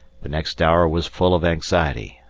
the next hour was full of anxiety,